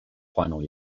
final